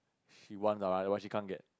she wants ah but she can't get